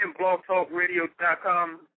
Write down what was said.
blogtalkradio.com